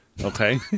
okay